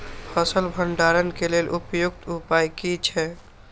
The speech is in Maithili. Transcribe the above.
फसल भंडारण के लेल उपयुक्त उपाय कि छै?